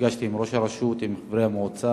נפגשתי עם ראש הרשות, עם חברי המועצה.